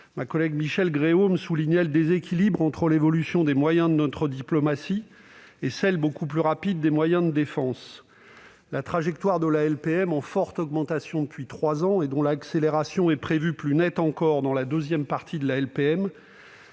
de l'État », Michelle Gréaume a souligné le déséquilibre entre l'évolution des moyens de notre diplomatie et celle, beaucoup plus rapide, des moyens de défense. La trajectoire de la LPM, en forte augmentation depuis trois ans, dont l'accélération est prévue de façon plus nette encore dans la seconde partie de sa mise